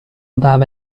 dava